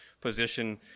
position